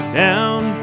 down